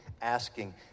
asking